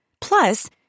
Plus